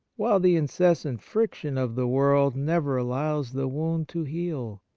while the incessant friction of the world never allows the wound to heal.